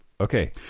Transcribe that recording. Okay